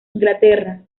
inglaterra